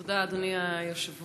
תודה, אדוני היושב-ראש.